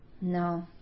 No